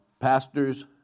pastors